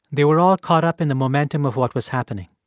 they were all caught up in the momentum of what was happening.